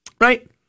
Right